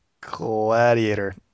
Gladiator